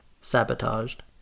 sabotaged